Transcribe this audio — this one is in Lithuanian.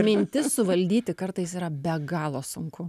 mintis suvaldyti kartais yra be galo sunku